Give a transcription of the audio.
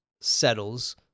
settles